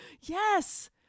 Yes